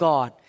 God